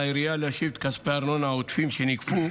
על העירייה להשיב את כספי הארנונה העודפים שנגבו,